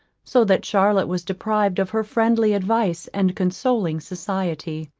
so that charlotte was deprived of her friendly advice and consoling society.